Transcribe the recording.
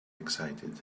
excited